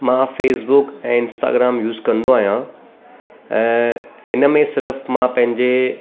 मां Facebook Instagram use कंदो आहियां ऐं हिन में सिर्फ़ु मां पंहिंजे